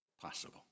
possible